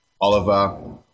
Oliver